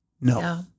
no